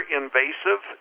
invasive